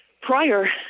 prior